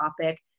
topic